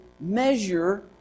measure